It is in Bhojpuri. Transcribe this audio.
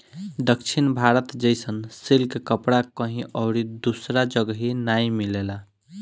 दक्षिण भारत जइसन सिल्क कपड़ा कहीं अउरी दूसरा जगही नाइ मिलेला